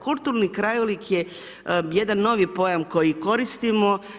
Kulturni krajolik je jedan novi pojam koji koristimo.